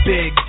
Big